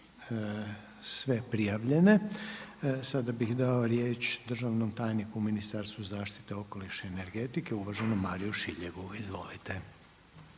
sve prijavljene, sada bih dao riječ državnom tajniku u Ministarstvu zaštite okoliša i energetike uvaženom Mariu Šiljegu. Izvolite.